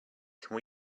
can